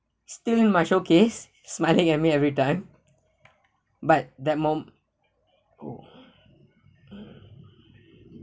still in my showcase smiling at me everytime but that mo~